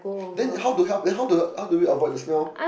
then how do help how do we avoid the smell